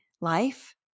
life